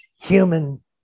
human